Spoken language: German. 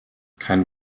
kein